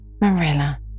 Marilla